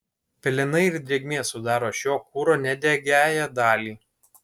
pelenai ir drėgmė sudaro šio kuro nedegiąją dalį